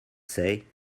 say